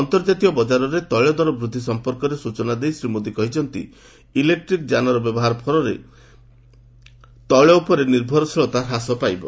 ଅନ୍ତର୍ଜାତୀୟ ବଜାରରେ ତେଳଦର ବୃଦ୍ଧି ସଂପର୍କରେ ସ୍ନଚନା ଦେଇ ଶ୍ରୀ ମୋଦି କହିଛନ୍ତି ଇଲେକ୍ଟ୍ରିକ୍ ଯାନର ବ୍ୟବହାର ଫଳରେ ତେିଳ ଉପରେ ନିର୍ଭରଶୀଳତା ହ୍ରାସ ପାଇବ